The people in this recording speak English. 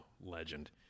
legend